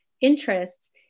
interests